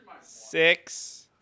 Six